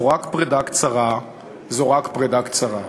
/ זו רק פרידה קצרה / זו רק פרידה קצרה".